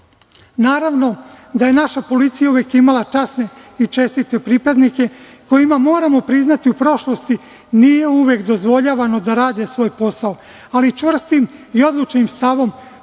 bore. Naravno da je naša policija uvek imala časne i čestite pripadnike kojima moramo priznati, u prošlosti nije uvek dozvoljavano da rade svoj posao, ali čvrstim i odlučnim stavom